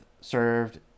served